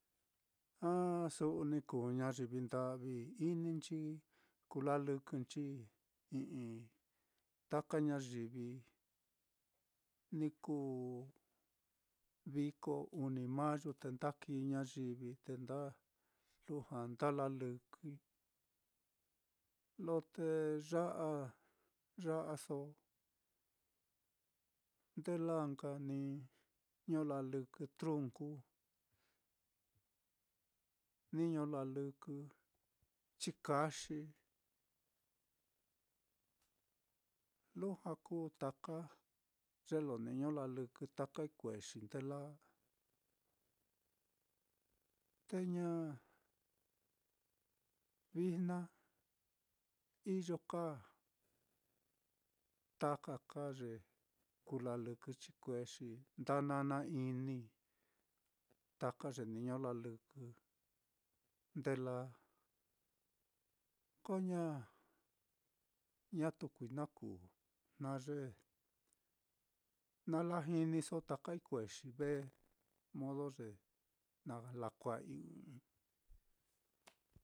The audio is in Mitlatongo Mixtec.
Ah su'u ni kuu ñayivi nda'vi inichi kulalɨkɨnchi i'i taka ñayivi, ni kuu viko uni mayu, te nda kii ñayivi te nda lujua nda lalɨkɨi, lo te ya'a ya'aso, nde lāā nka niño lalɨkɨ trunku, niño lalɨkɨ chikaxi, lujua kuu taka ye lo niño lalɨkɨ taka ikuexi ndeāā, te ña vijna iyo ka taka ka ye kulɨkɨ chikuexi, nda nana inii taka ye niño lalɨkɨ nde lāā, ko ña ñatu kuí na kuu, jna ye na lajiniso taka ikuexi vé modo ye na lakua'ai ɨ́ɨ́n ɨ́ɨ́n-i.